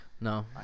No